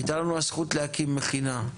הייתה לנו הזכות להקים מכינה,